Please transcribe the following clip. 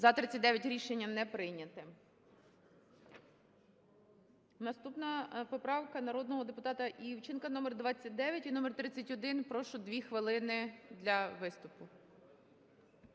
За-47 Рішення не прийнято.